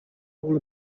all